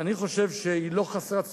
אני חושב שהיא לא חסרת סיכוי.